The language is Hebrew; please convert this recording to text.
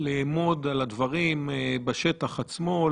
לאמוד על הדברים בשטח עצמו,